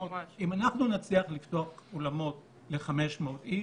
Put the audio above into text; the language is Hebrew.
אני יודע שהוא לא נותן מענה מלא אבל בהחלט איזשהו שינוי משמעותי,